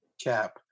cap